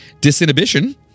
disinhibition